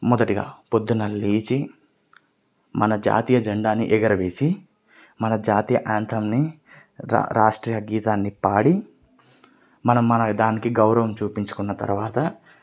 మొదటిగా పొద్దున లేచి మన జాతీయ జెండాని ఎగరవేసి మన జాతీయ ఆంతెంన్ని రాష్ట్రీయ గీతాన్ని పాడి మనం మన దానికి గౌరవం చూపించుకున్న తరువాత